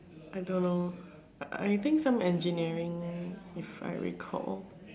I don't know I think some engineering if I recall